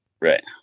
Right